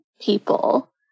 people